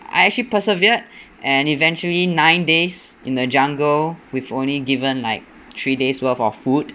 I actually persevered and eventually nine days in a jungle with only given like three days' worth of food